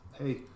hey